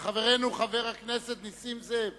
חברנו חבר הכנסת נסים זאב.